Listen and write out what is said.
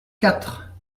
quatre